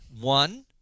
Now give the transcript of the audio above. One